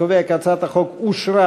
להעביר את הצעת חוק יסודות התקציב (תיקון מס' 46)